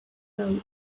though